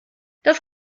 das